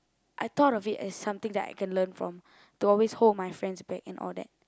I thought of it as something that I can learn from to always hold my friends' back and all that